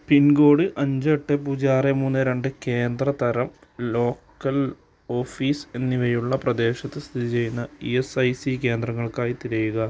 pincode അഞ്ച് എട്ട് പൂജ്യം ആറ് മൂന്ന് രണ്ട് കേന്ദ്ര തരം ലോക്കൽ ഓഫീസ് എന്നിവയുള്ള പ്രദേശത്ത് സ്ഥിതിചെയ്യുന്ന ഈ എ സ് ഐ സി കേന്ദ്രങ്ങൾക്കായി തിരയുക